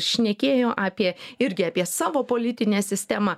šnekėjo apie irgi apie savo politinę sistemą